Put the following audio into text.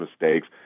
mistakes